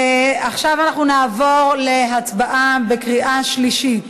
עכשיו אנחנו נעבור להצבעה בקריאה שלישית.